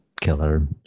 killer